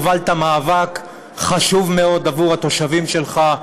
הובלת מאבק חשוב מאוד עבור התושבים שלך,